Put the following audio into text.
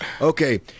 okay